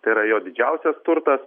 tai yra jo didžiausias turtas